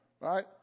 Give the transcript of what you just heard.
Right